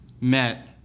met